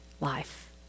life